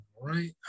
right